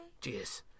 Cheers